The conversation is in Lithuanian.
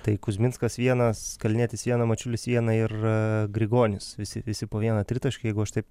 tai kuzminskas vienas kalnietis vieną mačiulis vieną ir grigonis visi visi po vieną tritaškį jeigu aš taip